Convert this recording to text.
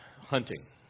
hunting